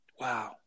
Wow